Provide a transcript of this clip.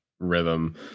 Rhythm